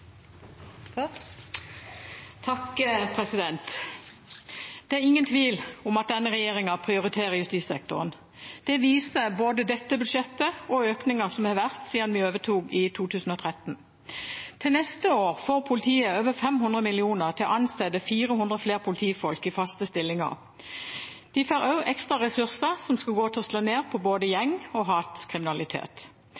ingen tvil om at denne regjeringen prioriterer justissektoren. Det viser både dette budsjettet og økningen som har vært siden vi overtok i 2013. Neste år får politiet over 500 mill. kr til å ansette 400 flere politifolk i faste stillinger. De får også ekstra ressurser som skal gå til å slå ned på både